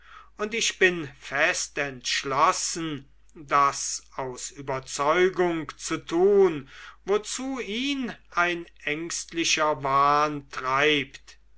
und ich bin fest entschlossen das aus überzeugung zu tun wozu ihn ein ängstlicher wahn treibt